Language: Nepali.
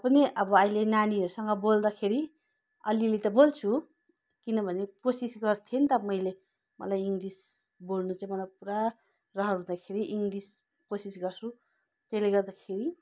र पनि अब अहिले नानीहरूसँग बोल्दाखेरि अलिअलि त बोल्छु किनभने कोसिस गर्थेँ नि त मैले मलाई इङ्ग्लिस बोल्नु चाहिँ मलाई पुरा रहर हुँदाखेरि इङ्ग्लिस कोसिस गर्छु त्यसले गर्दाखेरि